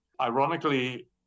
Ironically